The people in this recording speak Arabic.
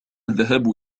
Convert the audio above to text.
الذهاب